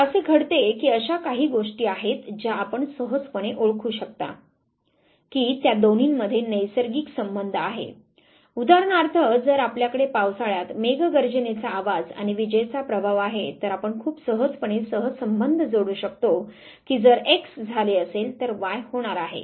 आता असे घडते की अशा काही गोष्टी आहेत ज्या आपण सहजपणे ओळखू शकता की त्या दोन्हीमध्ये नैसर्गिक संबंध आहे उदाहरणार्थ जर आपल्याकडे पावसाळ्यात मेघगर्जनेचा आवाज आणि विजेचाचा प्रभाव आहे तर आपण खूप सहजपणे सहसंबंध जोडू शकतो की जर एक्स झाले असेल तर वाय होणार आहे